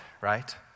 right